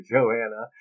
Joanna